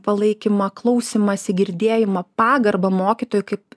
palaikymą klausymąsi girdėjimą pagarbą mokytojui kaip